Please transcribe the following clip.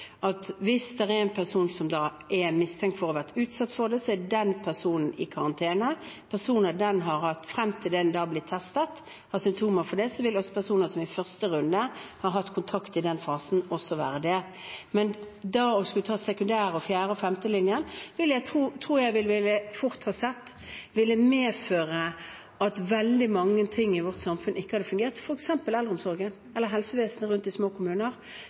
at hvis det er en person som er mistenkt for å ha vært utsatt for det, er den personen i karantene. Når personer den har hatt kontakt med frem til denne da blir testet, har symptomer på det, vil også de personene som i første runde har hatt kontakt i den fasen, være det. Men det å skulle ta sekundær- og fjerde- og femtelinjen tror jeg vi fort ville ha sett ville medføre at veldig mange ting i vårt samfunn ikke hadde fungert, f.eks. eldreomsorgen eller helsevesenet rundt i små kommuner.